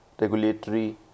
regulatory